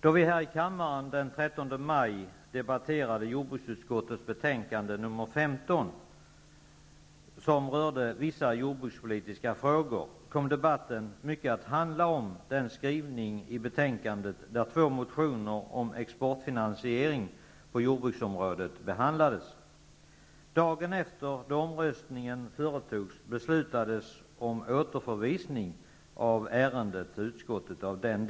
Då vi här i kammaren den 13 maj debatterade jordbruksutskottets betänkande nr 15, som rörde vissa jordbrukspolitiska frågor, kom debatten mycket att handla om den skrivning i betänkandet där två motioner om exportfinansiering på jordbruksområdet behandlades. Dagen efter företogs omröstningen, och då beslutade riksdagen att i den delen återförvisa ärendet till utskottet.